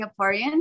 Singaporean